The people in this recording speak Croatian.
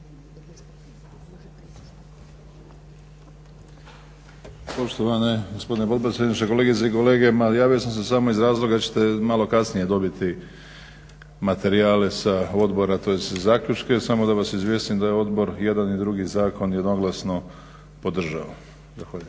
Poštovani gospodine potpredsjedniče, kolegice i kolege. Ma javio sam se samo iz razloga jer ćete malo kasnije dobiti materijale sa odbora, tj. zaključke. Samo da vas izvijestim da je odbor jedan i drugi zakon jednoglasno podržao. Zahvaljujem.